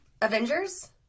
avengers